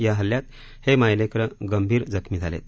या हल्ल्यात हे मायलेकरं गंभीर जखमी झालेत